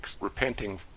repenting